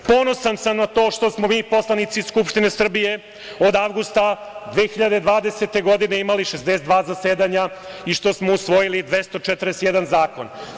Ponosan sam na to što smo mi poslanici Skupštine Srbije od avgusta 2020. godine imali 62 zasedanja i što smo usvojili 241 zakon.